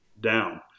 down